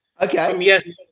Okay